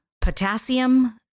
potassium